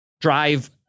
drive